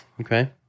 okay